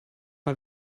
mal